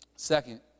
Second